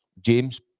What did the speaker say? James